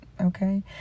Okay